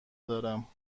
دارم